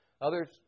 Others